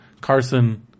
Carson